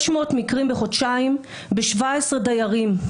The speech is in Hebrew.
600 מקרים בחודשיים ב-17 דיירים.